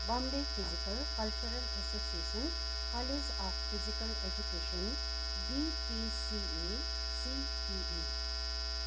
Bombay physical culture association college of physical education BPCACPE